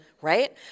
Right